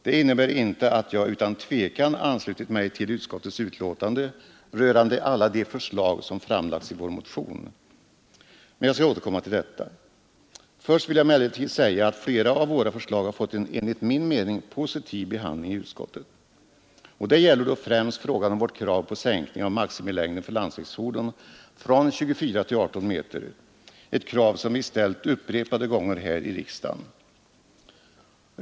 Det innebär inte att jag utan tvekan anslutit mig till utskottets betänkande rörande alla de förslag som framlagts i vår motion. Men jag skall återkomma till detta. Först vill jag emellertid säga att flera av våra förslag har fått en enligt min mening positiv behandling i utskottet. Det gäller främst vårt krav på sänkning av maximilängden för landsvägsfordon från 24 till 18 meter, ett krav som vi ställt upprepade gånger här i riksdagen.